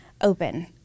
open